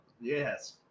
Yes